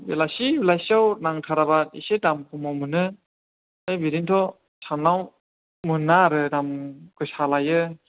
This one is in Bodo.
बेलासि बेलासिआव नांथाराबा एसे दाम खमाव मोनो आरो बिदिनोथ' सानाव मोना आरो दाम गोसा लायो